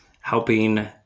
helping